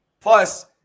Plus